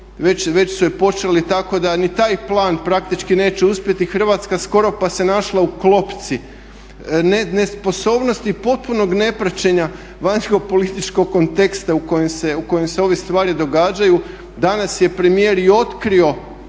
Već su je počeli, tako da ni taj plan praktički neće uspjeti. Hrvatska skoro pa se našla u klopci nesposobnosti i potpunog nepraćenja vanjsko-političkog konteksta u kojem se ove stvari događaju. Danas je premijer i otkrio